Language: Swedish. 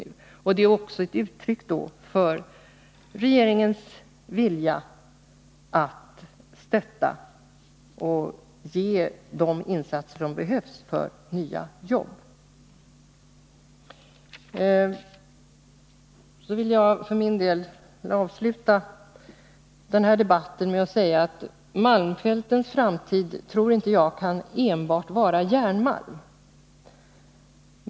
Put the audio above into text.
Det skulle också vara ett uttryck för regeringens vilja att stötta Norrbotten och göra de insatser som behövs för att skapa nya jobb. Jag vill för min del avsluta den här debatten med att säga att jag inte tror att malmfältens framtid kan vara enbart järnmalm.